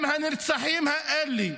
אם הנרצחים האלה,